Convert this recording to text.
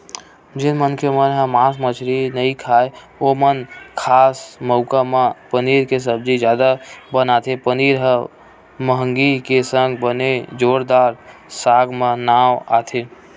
जेन मनखे मन ह मांस मछरी नइ खाय ओमन खास मउका म पनीर के सब्जी जादा बनाथे पनीर ह मंहगी के संग बने जोरदार साग म नांव आथे